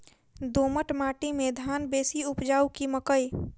दोमट माटि मे धान बेसी उपजाउ की मकई?